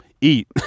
eat